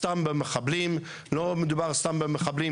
לא מדובר סתם במחבלים,